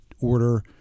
order